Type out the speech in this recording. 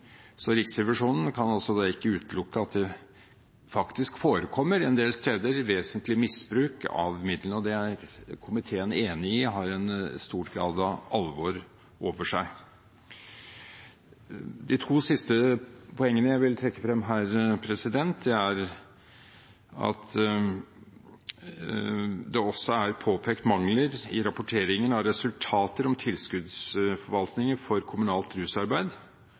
Riksrevisjonen kan da ikke utelukke at det en del steder forekommer vesentlig misbruk av midlene. Det er komiteen enig i har en stor grad av alvor over seg. De to siste poengene jeg vil trekke frem her, er at det også er påpekt mangler i rapporteringen om resultater av tilskuddsordningen for kommunalt rusarbeid